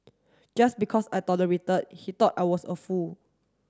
just because I tolerated he thought I was a fool